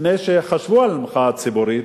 לפני שחשבו על המחאה הציבורית.